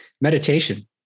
meditation